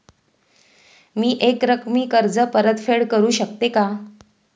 मी एकरकमी कर्ज परतफेड करू शकते का?